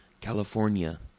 California